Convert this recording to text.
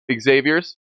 Xavier's